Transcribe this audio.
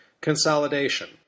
consolidation